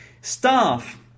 staff